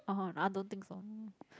(uh huh) I don't think so